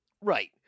Right